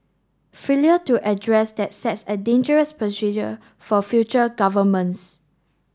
failure to address that sets a dangerous for future governments